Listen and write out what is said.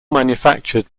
manufactured